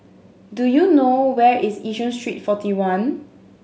do you know where is Yishun Street Forty One